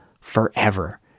forever